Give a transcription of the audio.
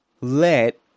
let